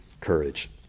courage